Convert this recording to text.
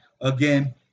Again